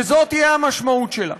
וזאת תהיה המשמעות שלה.